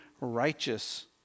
righteous